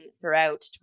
throughout